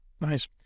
Nice